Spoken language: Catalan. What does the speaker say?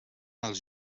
els